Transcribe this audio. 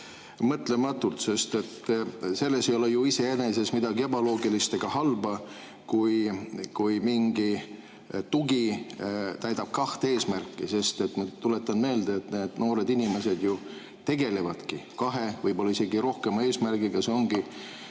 järelemõtlematult, sest selles ei ole ju iseenesest midagi ebaloogilist ega halba, kui mingi tugi täidab kahte eesmärki. Ma tuletan meelde, et need noored inimesed tegelevadki kahe, võib-olla isegi rohkema eesmärgiga. See ongi